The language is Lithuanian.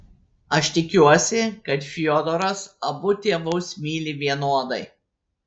aš tikiuosi kad fiodoras abu tėvus myli vienodai